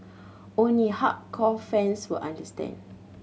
only hardcore fans will understand